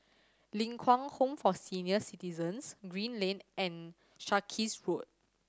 Ling Kwang Home for Senior Citizens Green Lane and Sarkies Road